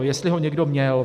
Jestli ho někdo měl.